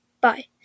Bye